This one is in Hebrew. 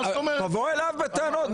תבוא אליו בטענות.